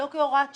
לא כהוראת שעה.